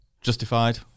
justified